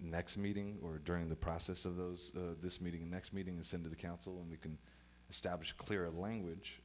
next meeting or during the process of those the this meeting next meetings into the council and we can establish clear language